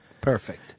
Perfect